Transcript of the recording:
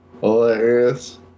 hilarious